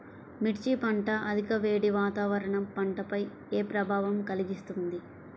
మిర్చి పంట అధిక వేడి వాతావరణం పంటపై ఏ ప్రభావం కలిగిస్తుంది?